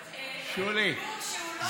שולי,